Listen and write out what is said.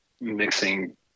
mixing